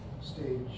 stage